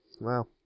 Wow